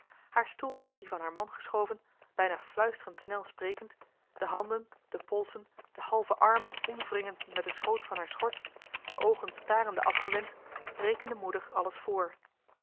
haar stoel bij dien van haar man geschoven bijna fluisterend snel sprekend de handen de polsen de halve armen omwringend met den schoot van haar schort de oogen starende afgewend rekende moeder alles voor